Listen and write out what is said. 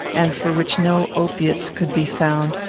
and for which no opiates could be found,